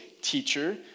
teacher